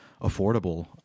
affordable